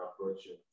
approaching